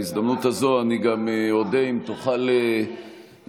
בהזדמנות הזאת אני גם אודה אם תוכל להתייחס,